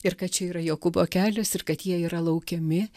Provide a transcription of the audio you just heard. ir kad čia yra jokūbo kelias ir kad jie yra laukiami